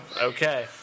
Okay